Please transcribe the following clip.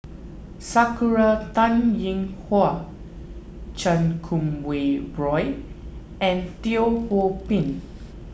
Sakura Teng Ying Hua Chan Kum Wah Roy and Teo Ho Pin